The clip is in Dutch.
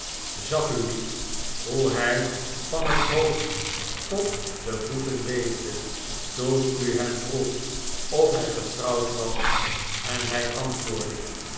zag u niet hoe hij van het hoofd tot de voeten beefde toen u hem vroeg of hij getrouwd was en hij antwoordde